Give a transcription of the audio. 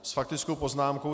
S faktickou poznámkou.